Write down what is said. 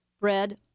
bread